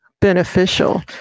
beneficial